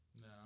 No